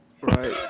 right